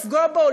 או לפגוע בו,